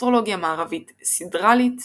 אסטרולוגיה מערבית סידרלית